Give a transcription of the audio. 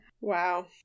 Wow